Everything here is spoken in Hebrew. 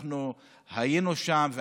היינו שם,